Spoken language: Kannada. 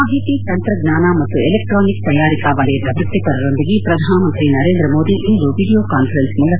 ಮಾಹಿತಿ ತಂತ್ರಜ್ಞಾನ ಮತ್ತು ಎಲೆಕ್ಟಾನಿಕ್ ತಯಾರಿಕಾ ವಲಯದ ವೃತ್ತಿಪರರೊಂದಿಗೆ ಪ್ರಧಾನಮಂತ್ರಿ ನರೇಂದ್ರ ಮೋದಿ ಇಂದು ವಿಡಿಯೋ ಕಾನ್ಸರೆನ್ಸ್ ಮೂಲಕ ಸಂವಾದ